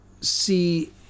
see